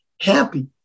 happy